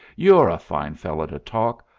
you're a fine fellow to talk.